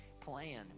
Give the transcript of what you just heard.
plan